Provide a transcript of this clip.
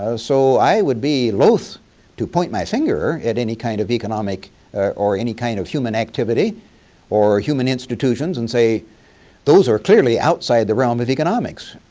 ah so i would be loathed to point my finger at any kind of economic or or any kind of human activity or human institutions and say those are clearly outside the realm of economics.